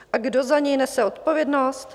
A kdo za něj nese odpovědnost?